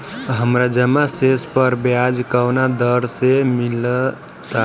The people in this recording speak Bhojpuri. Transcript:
हमार जमा शेष पर ब्याज कवना दर से मिल ता?